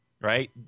right